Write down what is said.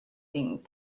things